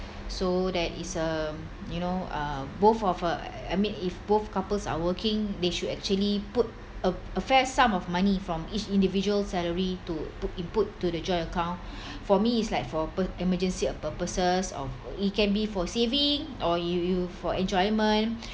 so that is uh you know uh both of uh I mean if both couples are working they should actually put a a fair of sum of money from each individual salary to put input to the joint account for me it's like for pur~ emergency uh purposes of it can be for saving or you you for enjoyment